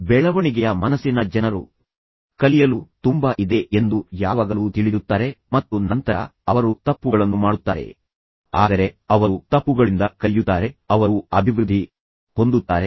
ಬೆಳವಣಿಗೆಯ ಮನಸ್ಸಿನ ಜನರು ಕಲಿಯಲು ತುಂಬಾ ಇದೆ ಎಂದು ಯಾವಾಗಲೂ ತಿಳಿದಿರುತ್ತಾರೆ ಮತ್ತು ನಂತರ ಅವರು ತಪ್ಪುಗಳನ್ನು ಮಾಡುತ್ತಾರೆ ಆದರೆ ಅವರು ತಪ್ಪುಗಳಿಂದ ಕಲಿಯುತ್ತಾರೆ ಅವರು ಅಭಿವೃದ್ಧಿ ಹೊಂದುತ್ತಾರೆ ಅವರು ವರ್ಧಿಸುತ್ತಾರೆ ಮತ್ತು ನಂತರ ಅವರು ಬೆಳೆಯುತ್ತಾರೆ